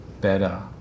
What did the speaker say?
better